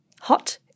hot